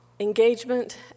Engagement